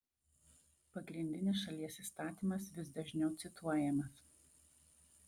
pagrindinis šalies įstatymas vis dažniau cituojamas